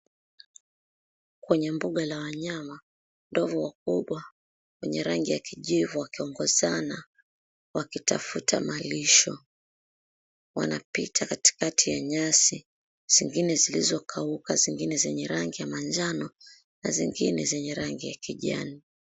Kwenye bunga la wanyama, ndovu wakubwa wenye rangi ya kijivu wakiwa wakiongozana wakitafuta malisho. Wanapita katikati ya nyasi, zingine zilizokauka, zingine zenye rangi ya manjano na zingine zenye rangi ya kijani.